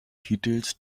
titels